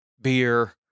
beer